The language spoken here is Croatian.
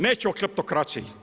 Neću o kleptokraciji.